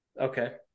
Okay